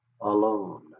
Alone